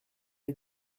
est